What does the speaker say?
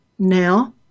Now